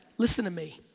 listen to me,